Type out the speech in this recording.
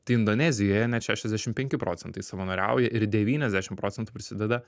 tai indonezijoje net šešiasdešim penki procentai savanoriauja ir devyniasdešim procentų prisideda